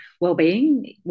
well-being